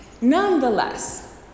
Nonetheless